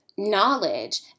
knowledge